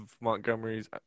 Montgomery's